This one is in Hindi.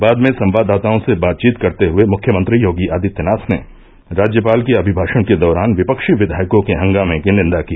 बाद में संवाददाताओं से बातचीत करते हए मुख्यमंत्री योगी आदित्यनाथ ने राज्यपाल के अभिभाशण के दौरान विपक्षी विधायकों के हंगामे की निन्दा की